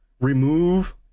remove